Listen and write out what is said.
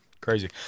crazy